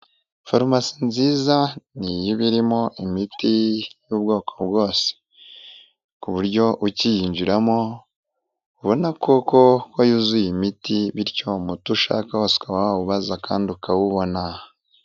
Farumasi nziza niyo iba irimo imiti y'ubwoko bwose ku buryo ukiyinjiramo ubona koko ko yuzuye imiti, bityo umuti ushaka wose wawubaza kandi ukawubona.